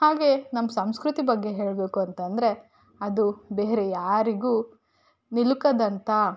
ಹಾಗೇ ನಮ್ಮ ಸಂಸ್ಕೃತಿ ಬಗ್ಗೆ ಹೇಳಬೇಕು ಅಂತಂದರೆ ಅದು ಬೇರೆ ಯಾರಿಗೂ ನಿಲುಕದಂಥ